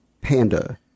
Panda